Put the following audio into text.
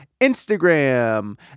Instagram